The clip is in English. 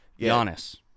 Giannis